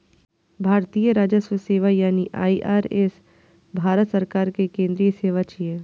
भारतीय राजस्व सेवा यानी आई.आर.एस भारत सरकार के केंद्रीय सेवा छियै